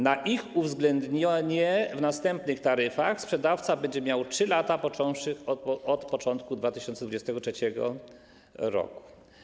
Na ich uwzględnienie w następnych taryfach sprzedawca będzie miał 3 lata, począwszy od początku 2023 r.